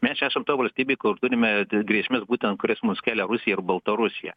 mes esam ta valstybė kur turime grėsmes būtent kurias mums kelia rusija ir baltarusija